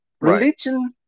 Religion